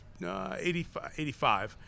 85